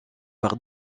par